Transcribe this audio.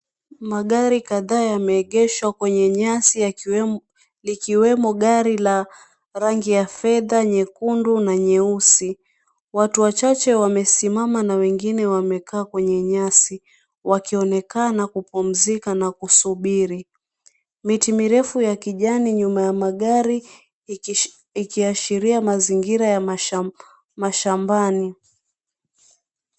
Magari kadhaa yameegeshwa kwenye nyasi likiwemo gari la rangi ya fedha, nyekundu na nyeusi. Watu wachache wamesimama na wengine wamekaa kwenye nyasi wakionekana kupumzika na kusubiri. Miti mirefu ya kijani nyuma ya magari ikiashiria mazingira ya mashambani.